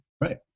right